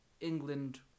England